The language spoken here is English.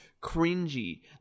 cringy